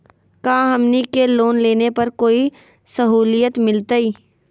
का हमनी के लोन लेने पर कोई साहुलियत मिलतइ?